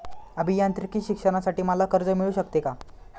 अभियांत्रिकी शिक्षणासाठी मला कर्ज मिळू शकते का?